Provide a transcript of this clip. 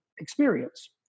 experience